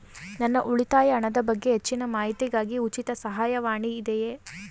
ನನ್ನ ಉಳಿತಾಯ ಹಣದ ಬಗ್ಗೆ ಹೆಚ್ಚಿನ ಮಾಹಿತಿಗಾಗಿ ಉಚಿತ ಸಹಾಯವಾಣಿ ಇದೆಯೇ?